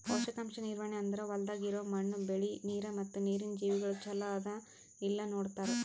ಪೋಷಕಾಂಶ ನಿರ್ವಹಣೆ ಅಂದುರ್ ಹೊಲ್ದಾಗ್ ಇರೋ ಮಣ್ಣು, ಬೆಳಿ, ನೀರ ಮತ್ತ ನೀರಿನ ಜೀವಿಗೊಳ್ ಚಲೋ ಅದಾ ಇಲ್ಲಾ ನೋಡತಾರ್